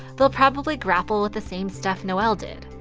they'll probably grapple with the same stuff noelle did.